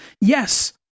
Yes